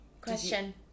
Question